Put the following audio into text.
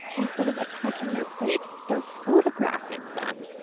instead of attacking their plates, they're photographing them.